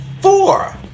four